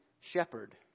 shepherd